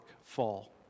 fall